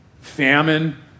famine